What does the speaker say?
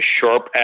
sharp